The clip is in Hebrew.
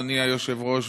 אדוני היושב-ראש,